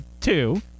two